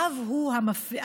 רב הוא המפלג.